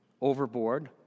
Overboard